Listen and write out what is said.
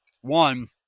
one